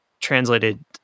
translated